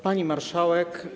Pani Marszałek!